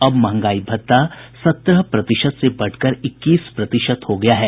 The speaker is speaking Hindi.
अब महंगाई भत्ता सत्रह प्रतिशत से बढ़कर इक्कीस प्रतिशत हो गया है